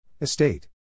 Estate